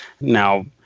Now